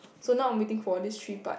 so now I'm waiting for this three part